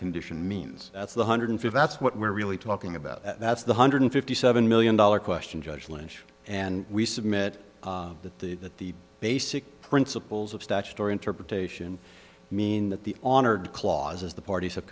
condition means that's the hundred fifty that's what we're really talking about that's the hundred fifty seven million dollar question judge lynch and we submit that the that the basic principles of statutory interpretation mean that the honored clause as the parties have